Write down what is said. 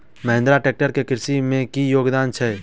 Mahindra tractor केँ कृषि मे की योगदान छै?